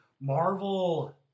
Marvel